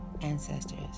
ancestors